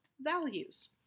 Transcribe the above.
values